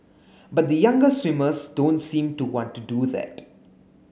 but the younger swimmers don't seem to want to do that